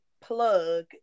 plug